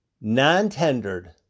non-tendered